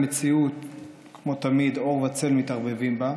המציאות, כמו תמיד, אור וצל מתערבבים בה.